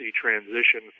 transition